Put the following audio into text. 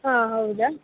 ಹಾಂ ಹೌದಾ